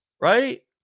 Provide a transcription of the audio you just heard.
right